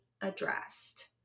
addressed